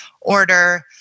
order